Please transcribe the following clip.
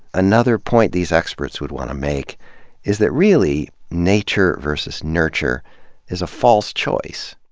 another point these experts would want to make is that, really, nature vs. nurture is a false choice.